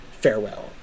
Farewell